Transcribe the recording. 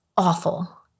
awful